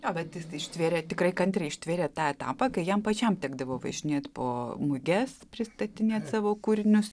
jo bet jis ištvėrė tikrai kantriai ištvėrė tą etapą kai jam pačiam tekdavo važinėt po muges pristatinėt savo kūrinius